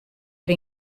der